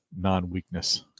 non-weakness